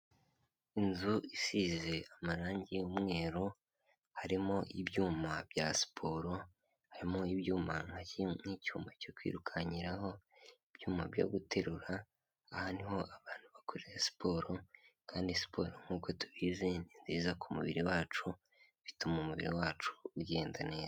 Inzu isize amarangi y'umweru harimo ibyuma bya siporo, harimo ibyuma nk'icyuma cyo kwirukankiraraho, ibyuma byo guterura, aha ni ho abantu bakoresha siporo kandi siporo nk'uko tubizi nziza ku mubiri wacu bituma umubiri wacu ugenda neza.